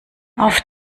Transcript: auf